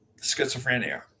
schizophrenia